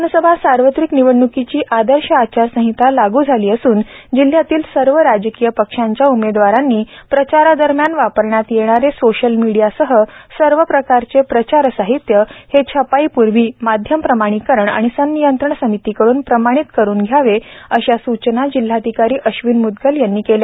विधानसभा सार्वत्रिक निवडणुकीची आदर्श आचारसंहिता लागू झाली असून जिल्ह्यांतील सर्व राजकीय पक्षांच्या उमेदवारांनी प्रचारादरम्यान वापरण्यात येणारे सोशल मीडियासह सर्व प्रकारचे प्रचार साहित्य हे छपाई पूर्वी माध्यम प्रमाणीकरण आणि संनियंत्रण समितीकडून प्रमाणीत करुन घ्यावे अशा सूचना जिल्हाधिकारी अश्विन म्दगल यांनी केल्या